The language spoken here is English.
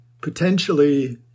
potentially